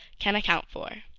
can account for.